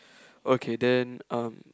okay then um